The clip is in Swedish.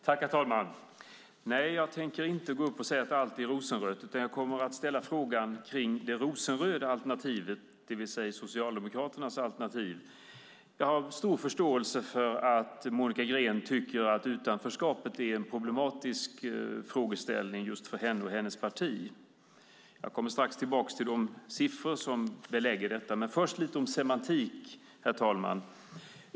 Herr talman! Nej, jag tänker inte gå upp och säga att allt är rosenrött, utan jag kommer att ställa frågan kring det rosenröda alternativet, det vill säga Socialdemokraternas alternativ. Jag har stor förståelse för att Monica Green tycker att utanförskapet är en problematisk frågeställning just för henne och hennes parti. Jag kommer strax tillbaka till de siffror som belägger detta. Herr talman! Jag ska först säga något om semantik.